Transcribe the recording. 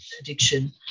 addiction